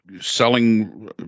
selling